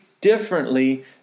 differently